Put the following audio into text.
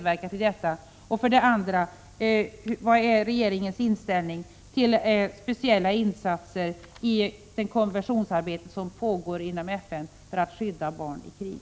Vilken är för det andra regeringens inställning till speciella insatser i det konventionsarbete som pågår inom FN för att skydda barn i krig?